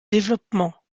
développement